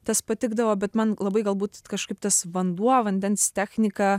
tas patikdavo bet man labai galbūt kažkaip tas vanduo vandens technika